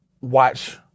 watch